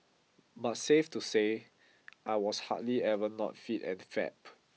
but safe to say I was hardly ever not fit and fab